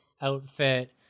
outfit